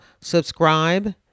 subscribe